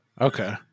Okay